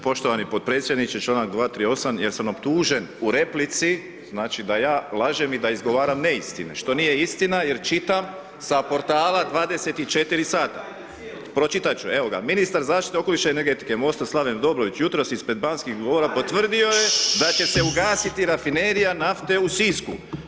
Poštovani podpredsjedniče članak 238. jer sam optužen u replici znači da ja lažem i da izgovaram neistine što nije istina jer čitam sa portala 24 sata [[Upadica: Pročitajte cijelu.]] pročitat ću, evo ga, ministar zaštite okoliša i energetike MOST-ov Slaven Dobrović jutros ispred Banskih dvora potvrdio je da će se ugasiti rafinerija nafte u Sisku.